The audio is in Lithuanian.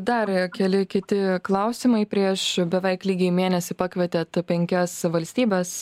dar keli kiti klausimai prieš beveik lygiai mėnesį pakvietėt penkias valstybes